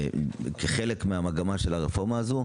כחלק מהמגמה של הרפורמה הזאת,